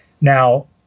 Now